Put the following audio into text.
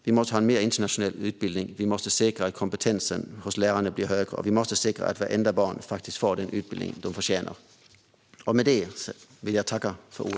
Vi måste ha en mer internationell utbildning, och vi måste säkra att kompetensen hos lärarna blir högre. Vi måste säkra att alla barn faktiskt får den utbildning de förtjänar.